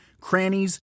crannies